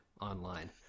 online